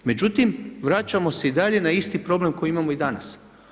Međutim, vraćamo se i dalje na isti problem koji imamo i danas.